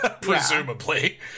presumably